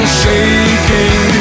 shaking